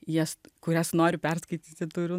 jas kurias noriu perskaityti turiu